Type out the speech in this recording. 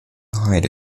hide